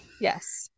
yes